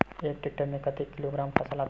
एक टेक्टर में कतेक किलोग्राम फसल आता है?